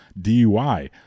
DUI